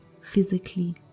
physically